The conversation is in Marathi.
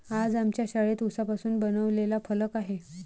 आज आमच्या शाळेत उसापासून बनवलेला फलक आहे